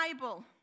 Bible